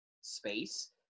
Space